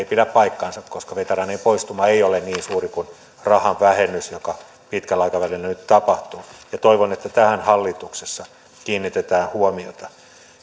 pidä paikkaansa koska veteraanien poistuma ei ole niin suuri kuin rahan vähennys joka pitkällä aikavälillä nyt tapahtuu toivon että tähän hallituksessa kiinnitetään huomiota